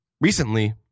Recently